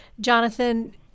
Jonathan